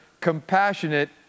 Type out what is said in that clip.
compassionate